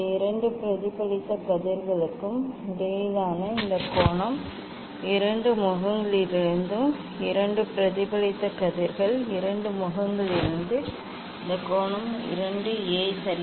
இந்த இரண்டு பிரதிபலித்த கதிர்களுக்கும் இடையிலான இந்த கோணம் இரண்டு முகங்களிலிருந்து இரண்டு பிரதிபலித்த கதிர்கள் இரண்டு முகங்களிலிருந்து இந்த கோணம் 2 A சரி